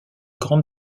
grande